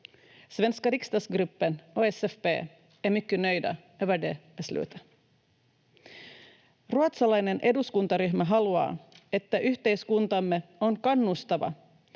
Svenska riksdagsgruppen och SFP är mycket nöjda över det beslutet. Ruotsalainen eduskuntaryhmä haluaa, että yhteiskuntamme on kannustava,